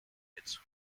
its